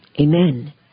Amen